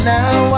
Now